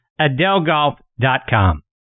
adelgolf.com